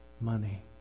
money